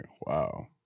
wow